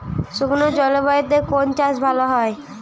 শুষ্ক জলবায়ুতে কোন চাষ ভালো হয়?